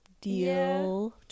deal